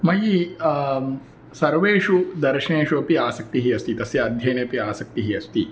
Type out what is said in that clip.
मयि सर्वेषु दर्शनेषु अपि आसक्तिः अस्ति तस्य अध्ययने अपि आसक्तिः अस्ति